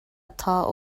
atá